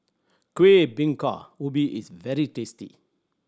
Kueh Bingka Ubi is very tasty